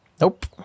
Nope